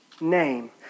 name